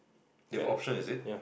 they have option is it